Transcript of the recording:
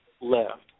left